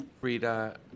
Frida